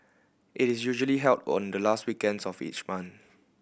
it is usually held on the last weekends of each month